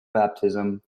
baptism